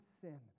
sin